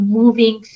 moving